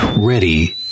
Ready